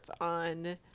on